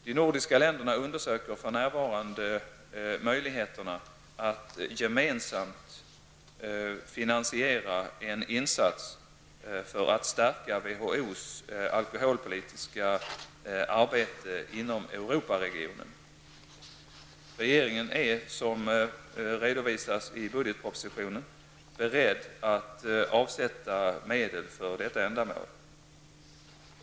De nordiska länderna undersöker för närvarande möjligheterna att gemensamt finansiera en insats för att stärka WHOs alkoholpolitiska arbete inom Europaregionen. Regeringen är, som redovisas i årets budgetproposition, beredd att avsätta medel för detta ändamål.